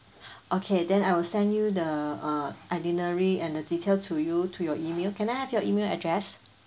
okay then I will send you the uh itinerary and the details to you to your email can I have your email address